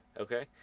okay